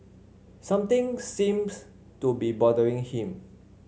something seems to be bothering him